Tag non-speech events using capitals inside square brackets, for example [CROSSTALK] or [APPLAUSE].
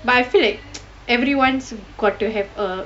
but I feel like [NOISE] everyone's got to have a